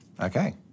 Okay